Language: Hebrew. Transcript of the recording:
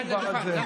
אתה אמרת, אני